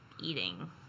eating